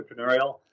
entrepreneurial